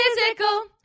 physical